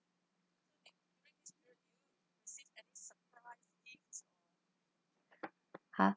!huh!